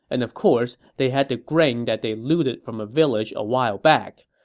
and of course they had the grain that they looted from a village a while back.